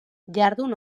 jardun